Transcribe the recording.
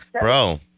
Bro